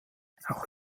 auch